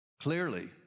Clearly